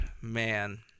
man